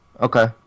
Okay